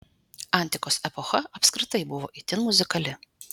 antikos epocha apskritai buvo itin muzikali